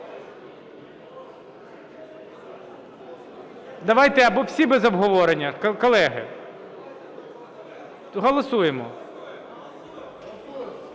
Давайте або всі без обговорення, колеги. Голосуємо.